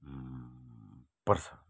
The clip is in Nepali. पर्छ